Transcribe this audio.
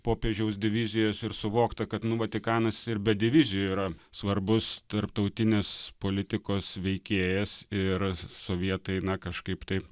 popiežiaus divizijas ir suvokta kad nu vatikanas ir be divizijų yra svarbus tarptautinis politikos veikėjas ir s sovietai na kažkaip tai